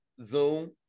Zoom